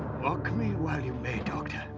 mock me while you may, doctor.